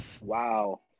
Wow